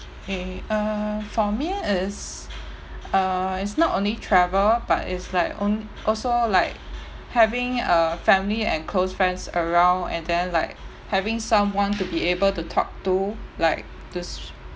eh uh for me it's uh it's not only travel but it's like own also like having a family and close friends around and then like having someone to be able to talk to like to